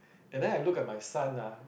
and then I look at my son ah